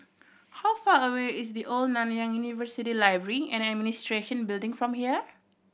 how far away is The Old Nanyang University Library and Administration Building from here